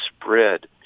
spread